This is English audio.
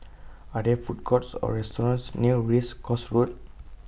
Are There Food Courts Or restaurants near Race Course Road